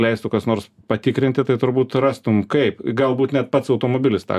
leistų kas nors patikrinti tai turbūt rastum kaip galbūt net pats automobilis tą